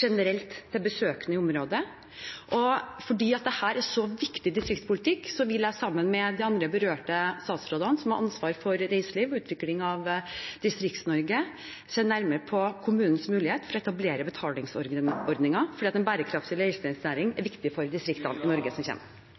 generelt til besøkende i området. Fordi dette er så viktig distriktspolitikk, vil jeg sammen med de andre berørte statsrådene som har ansvar for reiseliv og utvikling av Distrikts-Norge, se nærmere på kommunenes mulighet til å etablere betalingsordninger. En bærekraftig reiselivsnæring er viktig for distriktene i Norge i årene som